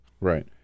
Right